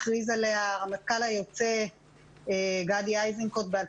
הכריז עליה הרמטכ"ל לשעבר גדי איזנקוט בשנת